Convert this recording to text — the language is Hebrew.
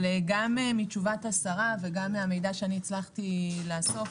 אבל גם מתשובת השרה וגם ממידע שהצלחתי לאסוף